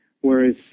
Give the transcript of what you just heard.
whereas